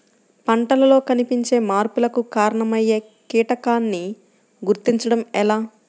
పంటలలో కనిపించే మార్పులకు కారణమయ్యే కీటకాన్ని గుర్తుంచటం ఎలా?